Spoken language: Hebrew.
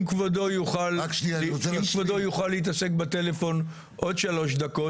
אם כבודו יוכל להתעסק בטלפון עוד שלוש דקות,